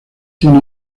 tiene